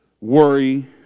worry